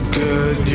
good